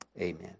Amen